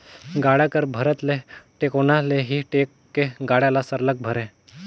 गाड़ा कर भरत ले टेकोना ले ही टेक के गाड़ा ल सरलग भरे